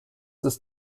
ist